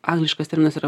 angliškas terminas yra